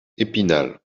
épinal